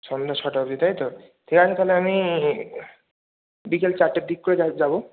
সন্ধ্যা ছটা অবধি তাই তো ঠিক আছে তাহলে আমি বিকেল চারটের দিক করে তাহলে যাবো